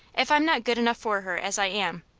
if i'm not good enough for her as i am,